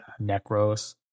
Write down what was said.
Necros